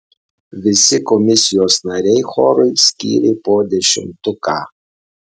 visi komisijos nariai chorui skyrė po dešimtuką